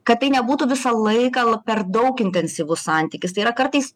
kad tai nebūtų visą laiką per daug intensyvus santykis tai yra kartais